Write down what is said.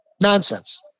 Nonsense